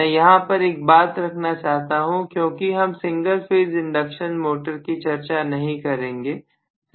मैं यहां पर एक बात रखना चाहता हूं क्योंकि हम सिंगल फेज इंडक्शन मोटर की चर्चा नहीं करेंगे